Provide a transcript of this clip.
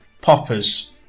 Poppers